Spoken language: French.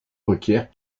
requiert